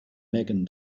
megan